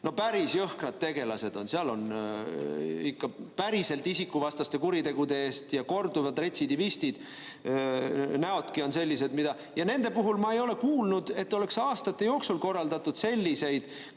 No päris jõhkrad tegelased on seal, ikka päriselt isikuvastaste kuritegude eest ja korduvad retsidivistid. Näodki on sellised. Nende puhul ma ei ole kuulnud, et oleks aastate jooksul korraldatud selliseid